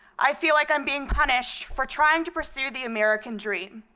i feel like i'm being punished for trying to pursue the american dream.